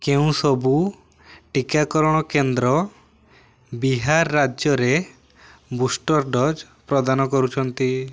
କେଉଁ ସବୁ ଟିକାକରଣ କେନ୍ଦ୍ର ବିହାର ରାଜ୍ୟରେ ବୁଷ୍ଟର୍ ଡୋଜ୍ ପ୍ରଦାନ କରୁଛନ୍ତି